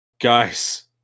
Guys